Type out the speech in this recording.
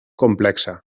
complexa